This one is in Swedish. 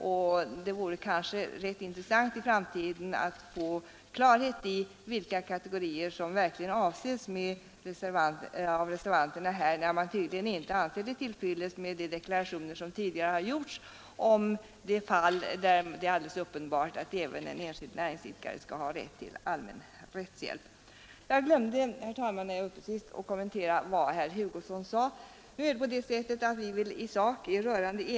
Vidare vore det kanske rätt intressant att få klarhet i vilka kategorier som reservanterna verkligen avser när man tydligen inte alltid varit till freds med de deklarationer som tidigare har gjorts om de fall där det är alldeles uppenbart att även en enskild näringsidkare skall ha rätt till allmän rättshjälp. Jag glömde, herr talman, när jag var uppe sist att kommentera vad herr Hugosson sade om ersättning för kostnader för utomprocessuell tolkning.